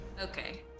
Okay